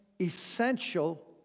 essential